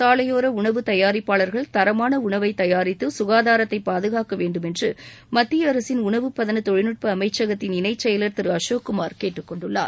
சாலையோர உணவு தயாரிப்பாளர்கள் தரமான உணவை தயாரித்து சுகாதாரத்தை பாதுகாக்க வேண்டும் என்று மத்திய அரசின் உணவு பதன தொழில்நுட்ப அமைச்சகத்தின் இணை செயலா் திரு அசோக் குமார் கேட்டுக்கொண்டுள்ளார்